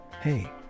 hey